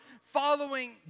following